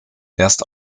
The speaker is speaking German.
erst